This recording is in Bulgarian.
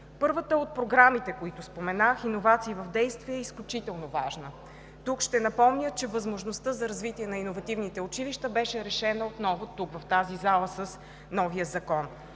Първата от програмите, които споменах – „Иновации в действие“, е изключително важна. Тук ще напомня, че възможността за развитие на иновативните училища беше решена отново тук в залата с новия закон.